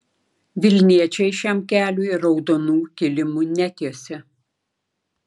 vilniečiai šiam keliui raudonų kilimų netiesė